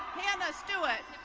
hannah stewart.